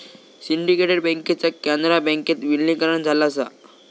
syndicate बँकेचा कॅनरा बँकेत विलीनीकरण झाला असा